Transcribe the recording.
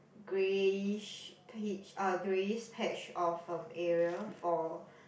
greyish peach um greyish patch of um area for